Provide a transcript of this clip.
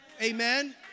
Amen